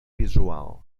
visual